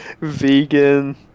Vegan